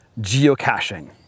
geocaching